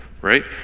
right